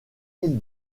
îles